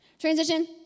Transition